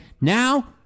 Now